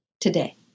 today